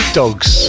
dogs